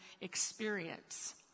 experience